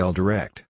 direct